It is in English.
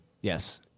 Yes